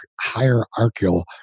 hierarchical